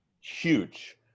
Huge